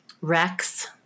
Rex